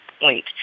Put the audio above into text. point